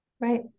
right